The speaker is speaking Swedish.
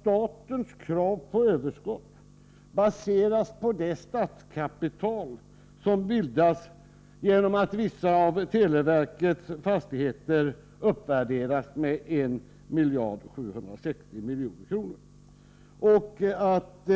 Statens krav på överskott baseras nämligen på det statskapital som bildas genom att vissa av televerkets fastigheter uppvärderas med 1 760 milj.kr. och att